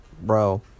bro